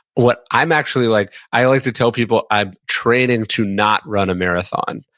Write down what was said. what i'm actually like, i like to tell people i'm training to not run a marathon.